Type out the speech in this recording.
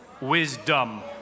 Wisdom